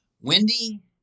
Wendy